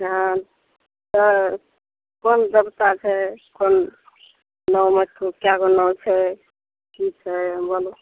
हँ तऽ कोन देबता छै कोन मोहम्मदपुर कै गो नाम छै की छै बोलू